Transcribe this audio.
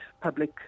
public